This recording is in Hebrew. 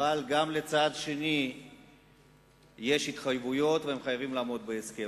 אבל גם לצד השני יש התחייבויות והם חייבים לעמוד בהסכם.